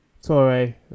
sorry